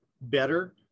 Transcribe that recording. better